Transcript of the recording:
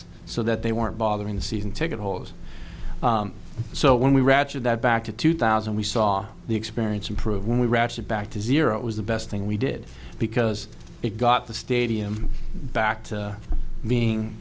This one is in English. so that they weren't bothering the season ticket holders so when we ratchet that back to two thousand we saw the experience improve when we ratchet back to zero it was the best thing we did because it got the stadium back to being